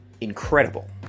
incredible